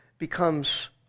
becomes